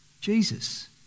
Jesus